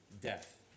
death